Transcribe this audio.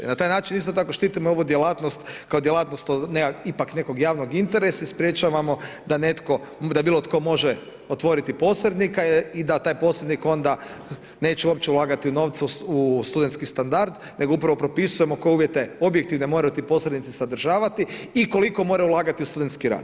I na taj način isto tako štitimo ovu djelatnost kao djelatnost ipak nekog javnog interesa i sprječavamo da netko, da bilo tko može otvoriti posrednika i da da taj posrednik onda neće uopće ulagati novce u studentski standard nego upravo propisujemo koje uvjete objektivne moraju ti posrednici sadržavati i koliko moraju ulagati u studentski rad.